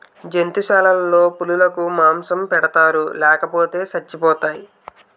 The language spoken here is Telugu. జంతుశాలలో పులులకు మాంసం పెడతారు లేపోతే సచ్చిపోతాయి